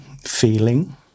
Feeling